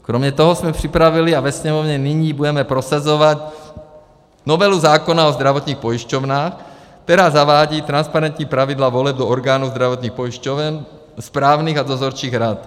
Kromě toho jsme připravili a ve Sněmovně nyní budeme prosazovat novelu zákona o zdravotních pojišťovnách, která zavádí transparentní pravidla voleb do orgánů zdravotních pojišťoven, správních a dozorčích rad.